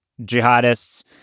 jihadists